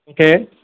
okay